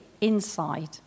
inside